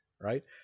right